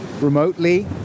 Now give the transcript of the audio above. remotely